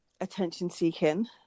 attention-seeking